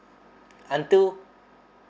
until